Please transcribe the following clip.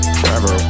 forever